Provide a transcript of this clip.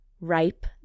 ripe